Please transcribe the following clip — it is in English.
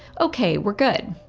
ok. we're good.